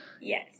Yes